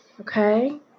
okay